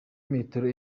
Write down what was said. metero